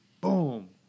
boom